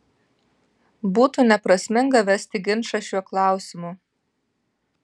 būtų neprasminga vesti ginčą šiuo klausimu